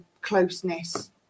closeness